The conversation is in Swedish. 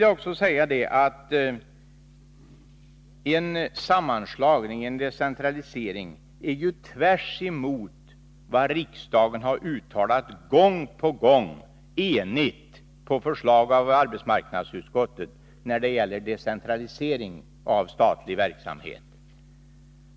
Att genomföra en sammanslagning går tvärtemot vad riksdagen gång på gång, på förslag av arbetsmarknadsutskottet, enigt har uttalat när det gäller decentralisering av statlig verksamhet.